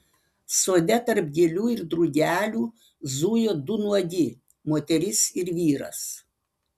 sode tarp gėlių ir drugelių zujo du nuogi moteris ir vyras